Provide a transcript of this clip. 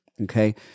Okay